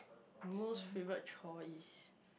most favorite chores is